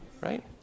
right